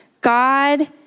God